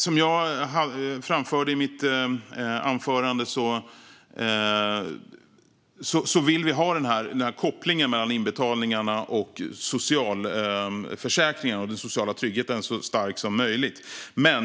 Som jag framförde i mitt anförande vill vi ha kopplingen mellan inbetalningarna och socialförsäkringarna och den sociala tryggheten så stark som möjligt.